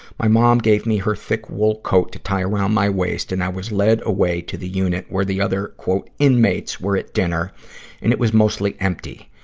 my mom gave me her thick wool coat to tie around my waist, and i was led away to the unit where the other inmates were at dinner and it was mostly empty.